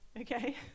Okay